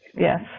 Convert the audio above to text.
Yes